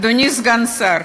אדוני סגן השר,